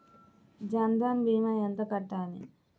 జన్ధన్ భీమా ఎంత కట్టాలి?